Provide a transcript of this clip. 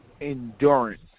Endurance